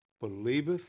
believeth